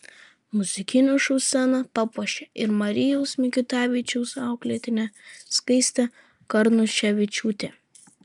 muzikinio šou sceną papuošė ir marijaus mikutavičiaus auklėtinė skaistė karnuševičiūtė